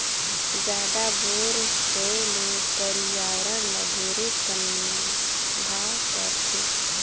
जादा बोर होए ले परियावरण ल ढेरे पनभाव परथे